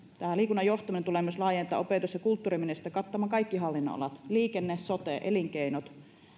tämä liikunnan johtaminen tulee myös laajentaa opetus ja kulttuuriministeriöstä kattamaan kaikki hallinnonalat liikenne sote elinkeinot